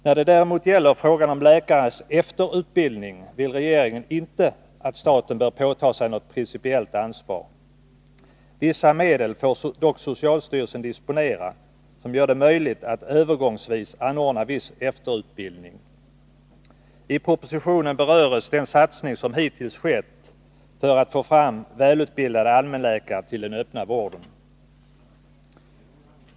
När det däremot gäller frågan om läkares efterutbildning vill regeringen inte att staten bör påta sig något principiellt ansvar. Vissa medel får dock socialstyrelsen disponera, som gör det möjligt att övergångsvis anordna viss efterutbildning. I propositionen berörs den satsning som hittills skett för att få fram välutbildade allmänläkare till den öppna vården.